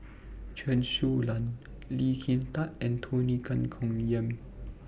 Chen Su Lan Lee Kin Tat and Tony Tan Keng Yam